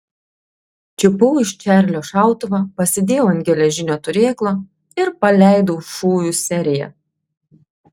čiupau iš čarlio šautuvą pasidėjau ant geležinio turėklo ir paleidau šūvių seriją